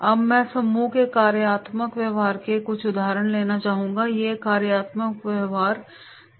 अब मैं प्रशिक्षण समूह में कार्यात्मक व्यवहार के कुछ उदाहरण लेना चाहूंगा वे कार्यात्मक व्यवहार क्या हैं